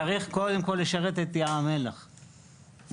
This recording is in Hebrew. צריך קודם כל לשרת את ים המלח בסדר?